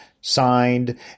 signed